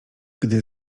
gdy